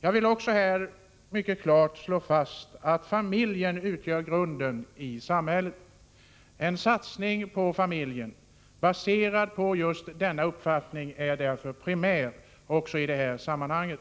Jag vill också här mycket klart slå fast att familjen utgör grunden i samhället. En satsning på familjen, baserad just på denna uppfattning, är därför primär också i detta sammanhang.